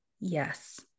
Yes